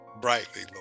brightly